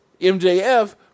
MJF